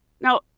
Now